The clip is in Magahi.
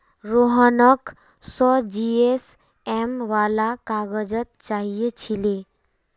रोहनक सौ जीएसएम वाला काग़ज़ चाहिए छिले